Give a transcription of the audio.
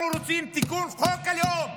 אנחנו רוצים תיקון של חוק הלאום,